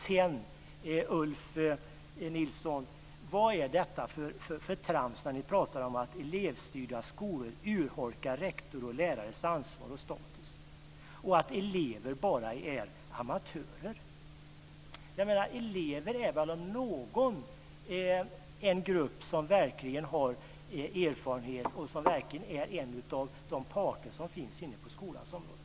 Sedan, Ulf Nilsson: Vad är det för trams när ni pratar om att elevstyrda skolor urholkar rektors och lärares ansvar och status och att elever bara är amatörer? Elever är väl om några en grupp som verkligen har erfarenhet. De är väl verkligen en av de parter som finns inne på skolans område?